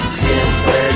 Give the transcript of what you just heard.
siempre